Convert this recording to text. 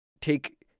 Take